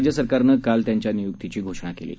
राज्य सरकारनं काल त्यांच्या नियुक्तीची घोषणा केली